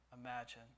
Imagine